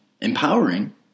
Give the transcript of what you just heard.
empowering